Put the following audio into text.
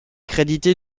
crédité